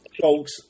folks